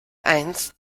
eins